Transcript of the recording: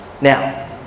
Now